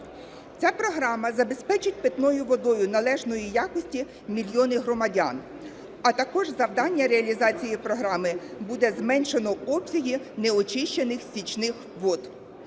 Ця програма забезпечить питною водою належної якості мільйони громадян. А також завдання реалізації програми – буде зменшено обсяги неочищених стічних вод.